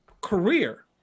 career